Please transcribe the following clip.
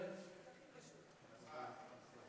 הצבעה.